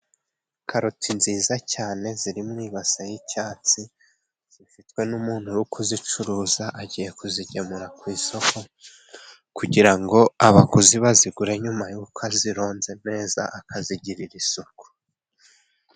Karoti nziza cyane, zirimwi ibase y'icyatsi, zifitwe n'umuntu wo kuzicuruza agiye kuzigemura ku isoko, kugira ngo abaguzi bazigure, nyuma y'uko azironze neza akazigirira isuku.